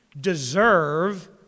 deserve